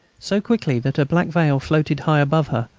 so quickly that her black veil floated high above her,